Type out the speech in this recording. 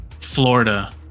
Florida